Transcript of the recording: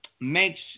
makes